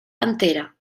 entera